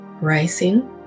rising